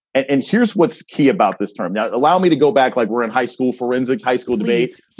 and here's what's key about this term. yeah allow me to go back like we're in high school. forensic's high school debate.